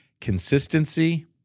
consistency